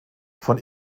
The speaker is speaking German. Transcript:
von